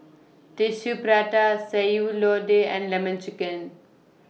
Tissue Prata Sayur Lodeh and Lemon Chicken